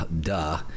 duh